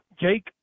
Jake